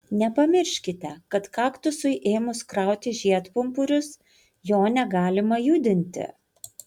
nepamirškite kad kaktusui ėmus krauti žiedpumpurius jo negalima judinti